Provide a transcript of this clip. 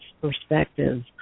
perspective